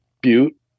butte